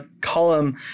column